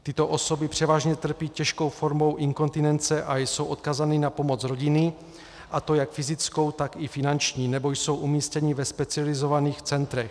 Tyto osoby převážně trpí těžkou formou inkontinence a jsou odkázány na pomoc rodiny, a to jak fyzickou, tak i finanční, nebo jsou umístěny ve specializovaných centrech.